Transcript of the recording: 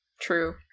True